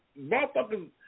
motherfuckers